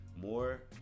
more